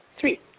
three